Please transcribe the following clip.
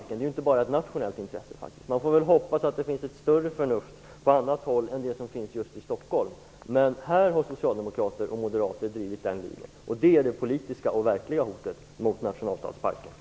Det är faktiskt inte bara ett nationellt intresse. Man får hoppas att det finns mera förnuft på annat håll än just i Stockholm. Här har socialdemokrater och moderater drivit den linjen. Det är det politiska och verkliga hotet mot nationalstadsparken.